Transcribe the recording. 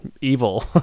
evil